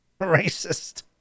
racist